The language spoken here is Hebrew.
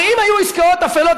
הרי אם היו עסקאות אפלות,